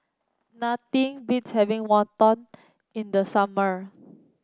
nothing beats having Wonton in the summer